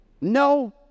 No